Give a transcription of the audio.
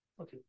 Okay